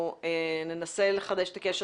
הבעיה היא ברשת.